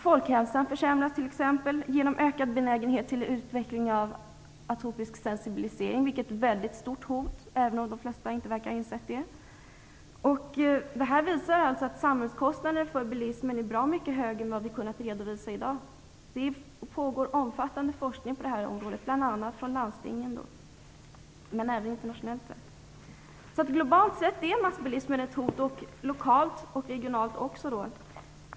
Folkhälsan försämras t.ex. genom ökad benägenhet för utveckling av atopisk sensibilisering, vilket är ett mycket stort hot, även om de flesta inte verkar ha insett det. Det visar att samhällskostnaderna för bilismen är bra mycket högre än vad vi har kunnat redovisa i dag. Det pågår omfattande forskning på det här området, bl.a. inom landstingen men även internationellt. Globalt sett är alltså massbilismen ett hot och därmed också lokalt och regionalt.